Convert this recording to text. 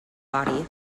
body